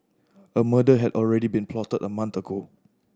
a murder had already been plotted a month ago